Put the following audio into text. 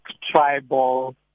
tribal